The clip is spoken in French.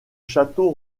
château